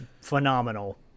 phenomenal